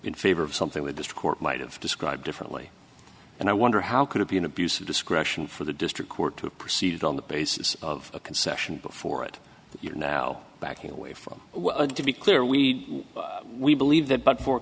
n favor of something with this court might have described differently and i wonder how could it be an abuse of discretion for the district court to proceed on the basis of a concession before it you're now backing away from to be clear we we believe that but for